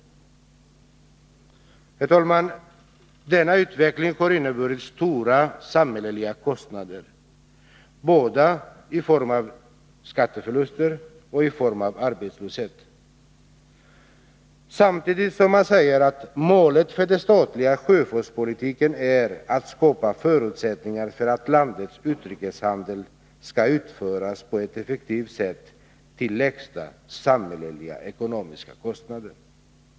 Herr talman! Denna utveckling har inneburit stora samhälleliga kostnader, både i form av skatteförluster och i form av arbetslöshet, samtidigt som man har sagt att målet för den statliga sjöfartspolitiken är att skapa förutsättningar för att landets utrikeshandel skall kunna bedrivas på ett effektivt sätt och till lägsta samhällsekonomiska kostnader.